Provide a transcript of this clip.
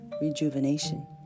rejuvenation